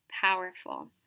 powerful